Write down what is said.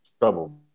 trouble